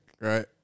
right